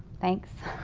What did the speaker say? thanks.